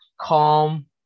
calm